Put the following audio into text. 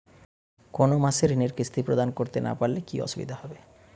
কোনো মাসে ঋণের কিস্তি প্রদান করতে না পারলে কি অসুবিধা হবে?